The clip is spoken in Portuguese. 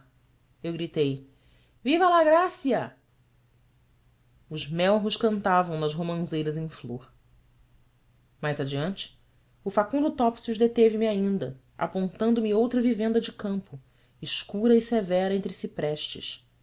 eu gritei viva la gracia os melros cantavam nas romãzeiras em flor mais adiante o facundo topsius deteve me ainda apontando me outra vivenda de campo escura e severa entre ciprestes